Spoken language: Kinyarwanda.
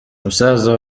musaza